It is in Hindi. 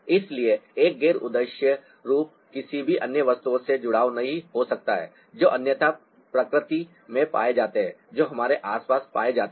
इसलिए एक गैर उद्देश्य रूप किसी भी अन्य वस्तुओं से जुड़ा नहीं हो सकता है जो अन्यथा प्रकृति में पाए जाते हैं जो हमारे आसपास पाए जाते हैं